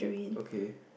okay